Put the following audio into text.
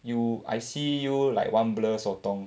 you I see you like one blur sotong